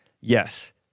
Yes